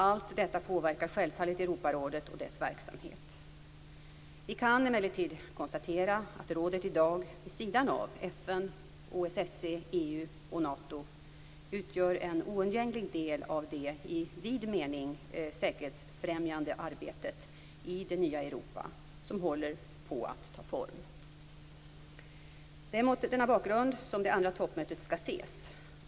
Allt detta påverkar självfallet Europarådet och dess verksamhet. Vi kan emellertid konstatera att rådet i dag - vid sidan av FN, OSSE, EU och NATO - utgör en oundgänglig del av det i vid mening säkerhetsfrämjande arbetet i det nya Europa som håller på att ta form. Det är mot denna bakgrund som det andra toppmötet skall ses.